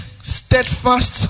steadfast